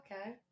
okay